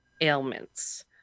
ailments